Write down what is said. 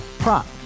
Prop